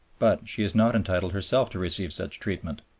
but she is not entitled herself to receive such treatment.